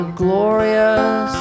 glorious